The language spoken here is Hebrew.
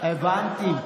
הבנתי.